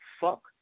fuck